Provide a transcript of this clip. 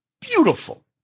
beautiful